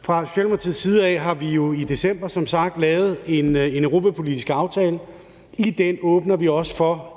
Fra Socialdemokratiets side har vi jo i december som sagt været med til at lave en europapolitisk aftale. I den åbner vi også for,